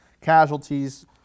casualties